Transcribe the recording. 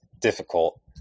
difficult